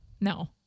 No